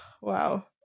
wow